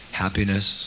happiness